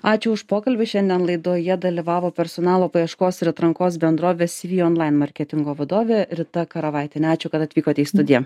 ačiū už pokalbį šiandien laidoje dalyvavo personalo paieškos ir atrankos bendrovės cv online marketingo vadovė rita karavaitienė ačiū kad atvykote į studiją